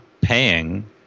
paying